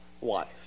wife